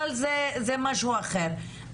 אבל זה משהו אחר.